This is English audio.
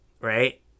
Right